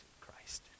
Christ